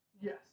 Yes